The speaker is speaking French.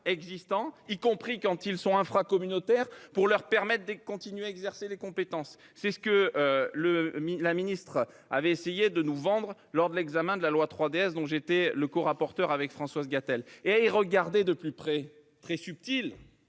existants, y compris ceux qui sont infracommunautaires, étaient préservés et pouvaient continuer à exercer les compétences. C'est aussi ce que la ministre avait essayé de nous vendre lors de l'examen de la loi 3DS, dont j'étais corapporteur avec Françoise Gatel. Or à y regarder de plus près- c'est subtil